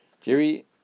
Jerry